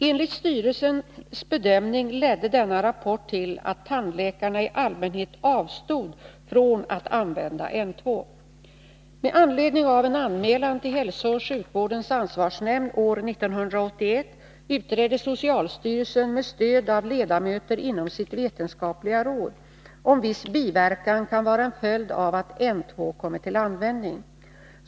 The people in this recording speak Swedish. Enligt styrelsens bedömning ledde denna rapport till att tandläkarna i Med anledning av en anmälan till hälsooch sjukvårdens ansvarsnämnd år 1981 utredde socialstyrelsen med stöd av ledamöter inom sitt vetenskapliga råd om viss biverkan kan vara en följd av att N-2 kommit till användning.